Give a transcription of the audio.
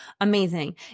amazing